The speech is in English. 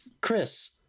Chris